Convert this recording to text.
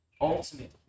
ultimate